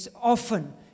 often